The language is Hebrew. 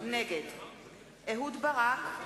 נגד אהוד ברק,